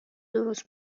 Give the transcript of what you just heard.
درست